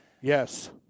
Yes